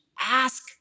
ask